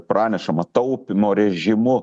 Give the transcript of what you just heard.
pranešama taupymo režimu